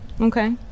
Okay